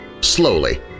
slowly